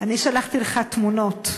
אני שלחתי לך תמונות,